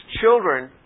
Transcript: children